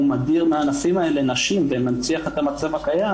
הוא מדיר מהענפים האלה נשים ומנציח את המצב הקיים